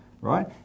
right